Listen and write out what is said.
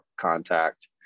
contact